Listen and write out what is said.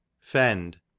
Fend